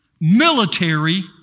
military